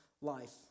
life